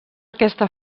aquesta